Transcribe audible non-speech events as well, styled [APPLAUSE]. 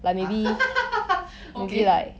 !huh! [LAUGHS] ok